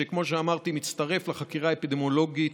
שכמו שאמרתי מצטרף לחקירה אפידמיולוגית,